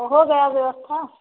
तो हो गया व्यवस्था